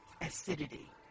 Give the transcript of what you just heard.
acidity